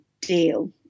deal